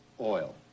oil